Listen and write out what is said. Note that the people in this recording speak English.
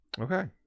Okay